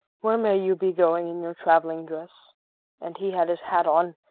where may you be going in your traveling dress and he had his hat on!